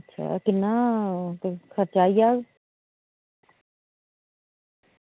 अच्छा किन्ना ओह् कोई खर्चा आई जाह्ग